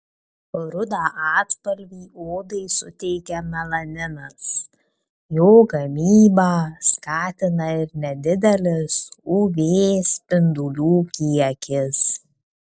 rudą atspalvį odai suteikia melaninas jo gamybą skatina ir nedidelis uv spindulių kiekis